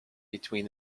between